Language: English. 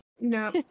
No